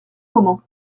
moment